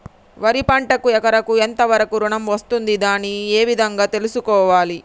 వరి పంటకు ఎకరాకు ఎంత వరకు ఋణం వస్తుంది దాన్ని ఏ విధంగా తెలుసుకోవాలి?